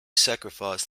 sacrifice